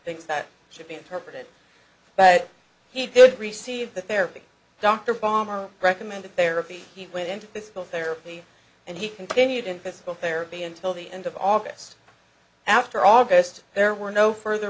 thinks that should be interpreted but he did receive the therapy dr balmer recommended therapy went into physical therapy and he continued in physical therapy until the end of august after august there were no further